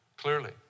Clearly